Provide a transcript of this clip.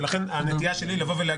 לכן הנטייה שלי לומר: